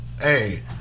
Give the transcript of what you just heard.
hey